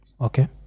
Okay